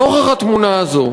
נוכח התמונה הזאת,